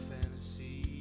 fantasy